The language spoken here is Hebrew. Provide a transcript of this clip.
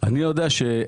אני יודע שהיום.